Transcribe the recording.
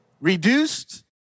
reduced